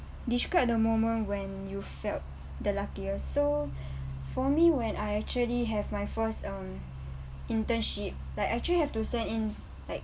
describe the moment when you felt the luckiest so for me when I actually have my first um internship like I actually have to send in like